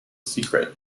secret